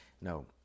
no